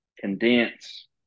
condense